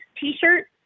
t-shirt